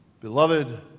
Beloved